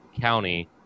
county